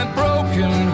broken